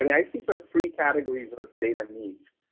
i mean, i see sort of three categories of data needs.